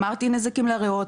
אמרתי נזקים לריאות,